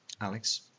Alex